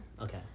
Okay